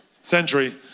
century